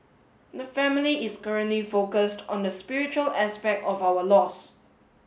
the family is currently focused on the spiritual aspect of our loss